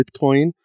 Bitcoin